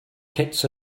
kitts